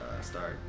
start